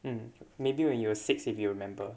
and maybe when you were six if you remember